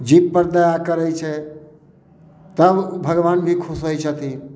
जीब पर दया करै छै तब भगबान भी खुश होइ छथिन